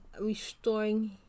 restoring